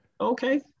Okay